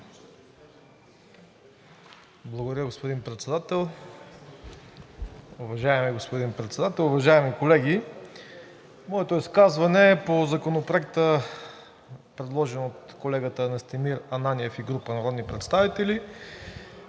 Благодаря, господин Председател. Уважаеми господин Председател, уважаеми колеги! Моето изказване по Законопроекта, предложен от колегата Настимир Ананиев и група народни представители,